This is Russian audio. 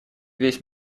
весь